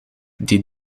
die